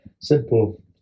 simple